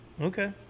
Okay